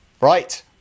right